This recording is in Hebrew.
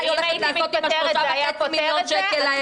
היא הולכת לעשות עם ה-3.5 מיליון שקל האלה.